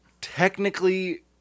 technically